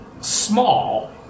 small